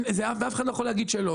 ואף אחד לא יכול להגיד שלא.